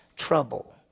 trouble